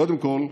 קודם כול,